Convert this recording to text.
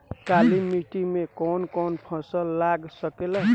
काली मिट्टी मे कौन कौन फसल लाग सकेला?